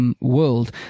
World